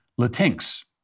Latinx